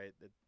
right